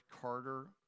Carter